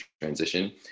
transition